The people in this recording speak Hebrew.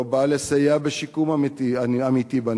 לא בא לסייע בשיקום אמיתי בנכים.